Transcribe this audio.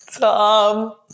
Tom